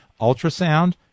ultrasound